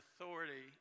authority